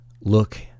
look